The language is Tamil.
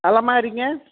அலமாரிங்க